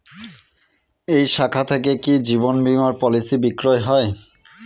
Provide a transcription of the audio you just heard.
এই শাখা থেকে কি জীবন বীমার পলিসি বিক্রয় হয়?